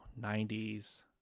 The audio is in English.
90s